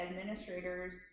administrators